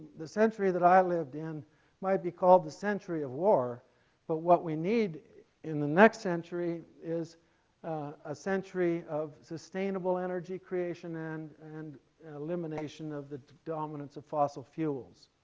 the century that i lived in might be called the century of war but what we need in the next century is a century of sustainable energy creation and and elimination of the dominance of fossil fuels.